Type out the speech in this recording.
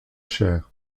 cher